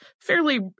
fairly